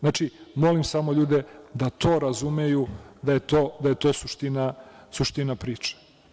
Znači, molim samo ljude da to razumeju, da je to suština priče.